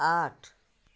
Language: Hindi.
आठ